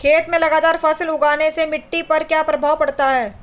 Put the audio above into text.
खेत में लगातार फसल उगाने से मिट्टी पर क्या प्रभाव पड़ता है?